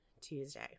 Tuesday